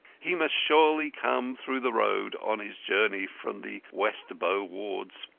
he must surely come through the road on his journey from the west bow-wards.